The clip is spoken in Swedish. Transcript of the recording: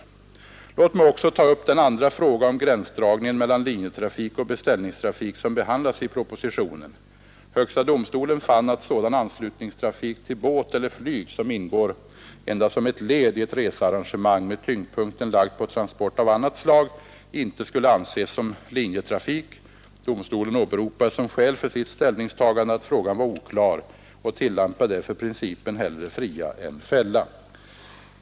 Jag skall härefter ta upp den andra fråga om gränsdragningen mellan linjetrafik och beställningstrafik som behandlas i propositionen. Högsta domstolen fann att sådan anslutningstrafik till båt eller flyg, som ingår endast som ett led i ett researrangemang med tyngdpunkten lagd på transport av annat slag, inte skulle anses som linjetrafik. Domstolen åberopar som skäl för sitt ställningstagande, att frågan var oklar och tillämpade därför principen ”hellre fria än fälla”.